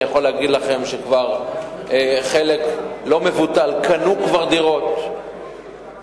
אני יכול להגיד לכם שחלק לא מבוטל קנו כבר דירות חדשות,